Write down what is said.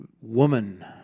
woman